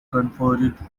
conferred